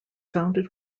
founded